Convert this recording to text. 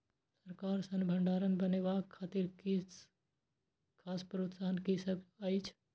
सरकार सँ भण्डार बनेवाक खातिर किछ खास प्रोत्साहन कि सब अइछ?